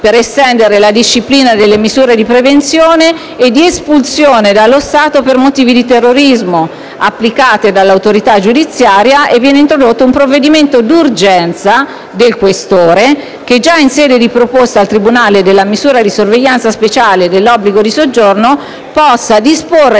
per estendere la disciplina delle misure di prevenzione e di espulsione dallo Stato per motivi di terrorismo, applicate dall'autorità giudiziaria, e viene introdotto un provvedimento d'urgenza del questore che, già in sede di proposta al tribunale della misura di sorveglianza speciale e dell'obbligo di soggiorno, possa disporre